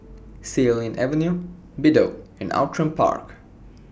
Xilin Avenue Bedok and Outram Park